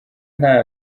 nta